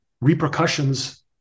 repercussions